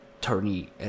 tony